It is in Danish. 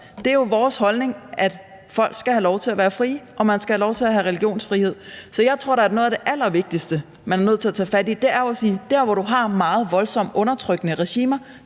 det er jo vores holdning, at folk skal have lov til at være frie og man skal have lov til at have religionsfrihed. Så jeg tror da, at noget af det allervigtigste, man er nødt til at tage fat i, jo er at sige: Der, hvor du har meget voldsomt undertrykkende regimer,